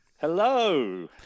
Hello